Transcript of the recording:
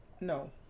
No